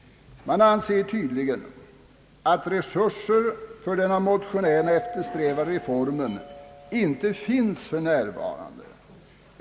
Man anser tydligen att resurser för den av motionärerna eftersträvade reformen för närvarande saknas.